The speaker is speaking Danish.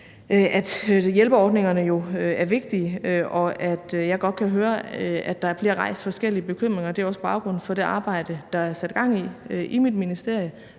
jeg godt kan høre, at der bliver rejst forskellige bekymringer. Og det er også baggrunden for det arbejde, der er sat i gang i mit ministerium,